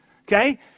Okay